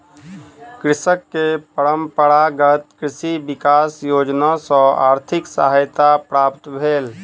कृषक के परंपरागत कृषि विकास योजना सॅ आर्थिक सहायता प्राप्त भेल